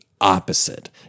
opposite